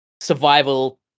survival